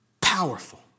Powerful